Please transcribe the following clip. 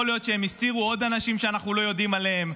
יכול להיות שהם הסתירו עוד אנשים שאנחנו לא יודעים עליהם.